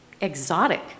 exotic